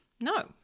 no